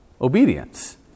obedience